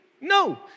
No